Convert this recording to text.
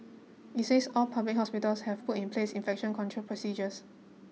it says all public hospitals have put in place infection control procedures